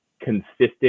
consistent